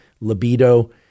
libido